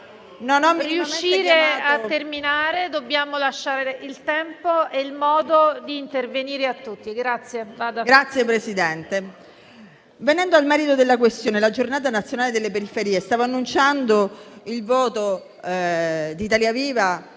riuscire a terminarli, dobbiamo lasciare il tempo e il modo di intervenire a tutti. MUSOLINO *(IV-C-RE)*. Grazie, Presidente. Venendo al merito della questione, la Giornata nazionale delle periferie, stavo annunciando il voto di astensione